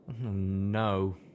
No